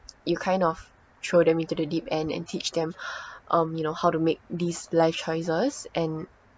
you kind of throw them into the deep end and teach them um you know how to make these life choices and